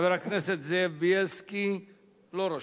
חבר הכנסת זאב בילסקי לא רשום.